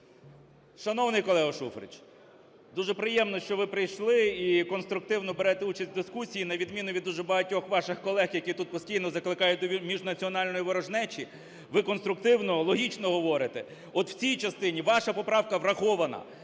Шановний колего Шуфрич, дуже приємно, що ви прийшли і конструктивно берете участь в дискусії на відміну від дуже багатьох ваших колег, які тут постійно закликають до міжнаціональної ворожнечі, ви конструктивно, логічно говорите. От в цій частині ваша поправка врахована.